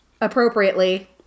appropriately